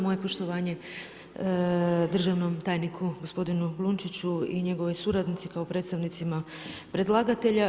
Moje poštovanje državnom tajniku gospodinu Glunčiću i njegovoj suradnici, kao predstavnicima predlagatelja.